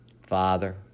Father